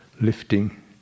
lifting